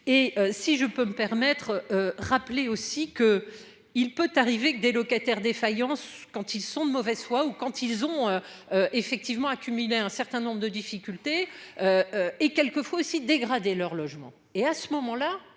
et si je peux me permettre rappeler aussi que il peut arriver que des locataires défaillance quand ils sont de mauvaise foi ou quand ils ont. Effectivement accumulé un certain nombre de difficultés. Et quelquefois fois aussi dégradé leur logement et à ce moment-là